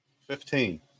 Fifteen